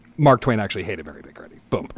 mark twain actually had a very big book.